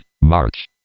March